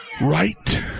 right